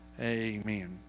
Amen